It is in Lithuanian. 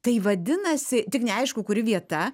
tai vadinasi tik neaišku kuri vieta